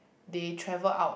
they travel out